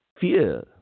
fear